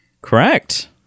Correct